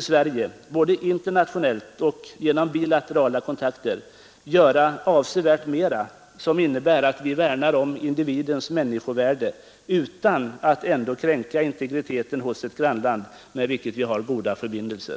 Sverige kan både internationellt och genom bilaterala kontakter göra avsevärt mera för att värna om individens människovärde utan att därmed kränka integriteten hos ett grannland med vilket vi har goda förbindelser.